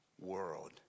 world